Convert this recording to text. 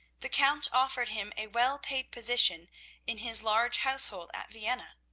the count offered him a well-paid position in his large household at vienna.